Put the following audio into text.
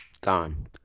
gone